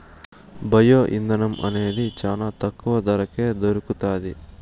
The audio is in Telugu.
బయో ఇంధనం అనేది చానా తక్కువ ధరకే దొరుకుతాది